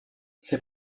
ses